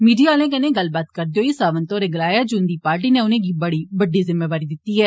media आले कन्नै गल्ल करदे होई सावंत होरें गलाया जे उन्दी पार्टी नै उनेंगी बड़ी बड़ी जिम्मेवारी दिती ऐ